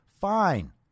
fine